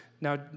Now